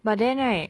but then right